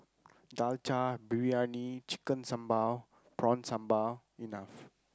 dalcha briyani chicken sambal prawn sambal enough